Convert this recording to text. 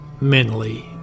mentally